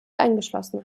angeschlossen